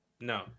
No